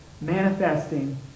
manifesting